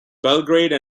belgrade